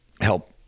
help